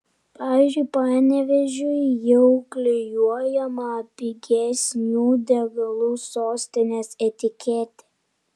pavyzdžiui panevėžiui jau klijuojama pigesnių degalų sostinės etiketė